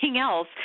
else